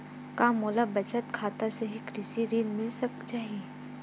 का मोला बचत खाता से ही कृषि ऋण मिल जाहि?